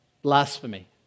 Blasphemy